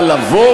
אבל לומר